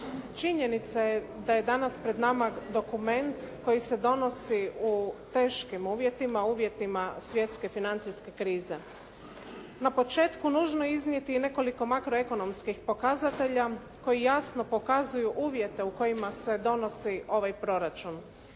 Činjenica je da je danas pred nama dokument koji se donosi u teškim uvjetima, uvjetima svjetske financijske krize. Na početku nužno je iznijeti i nekoliko makro ekonomskih pokazatelja koji jasno pokazuju uvjete u kojima se donosi ovaj proračun.